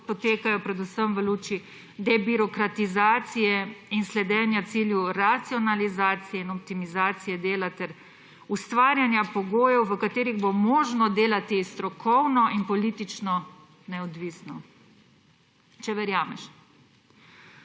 potekajo predvsem v luči debirokratizacije in sledenja cilju racionalizacije in optimizacije dela ter ustvarjanja pogojev, v katerih bo možno delati strokovno in politično neodvisno. Če verjameš.